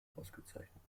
ausgezeichnet